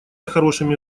хорошими